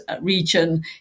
region